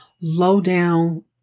low-down